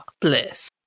bless